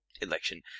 election